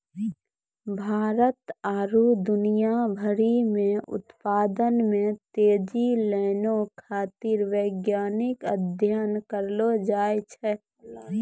भारत आरु दुनिया भरि मे उत्पादन मे तेजी लानै खातीर वैज्ञानिक अध्ययन करलो जाय छै